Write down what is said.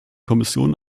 kommission